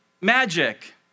magic